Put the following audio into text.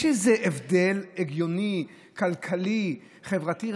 יש איזה הבדל הגיוני, כלכלי, חברתי.